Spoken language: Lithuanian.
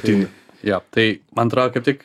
tai jo tai ma atro ką tik